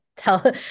tell